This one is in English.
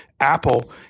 Apple